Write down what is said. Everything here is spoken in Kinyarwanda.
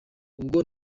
ubwo